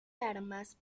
armas